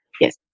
Yes